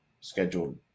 scheduled